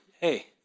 hey